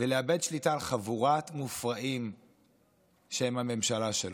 ולאבד שליטה על חבורת מופרעים שהם הממשלה שלו.